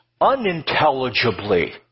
unintelligibly